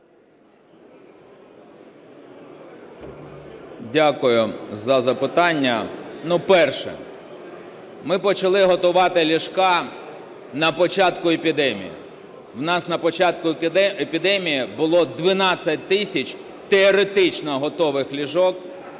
Дякую за запитання. Ну, перше. Ми почали готувати ліжка на початку епідемії. В нас на початку епідемії було 12 тисяч теоретично готових ліжок